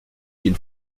qu’il